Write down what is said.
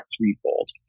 threefold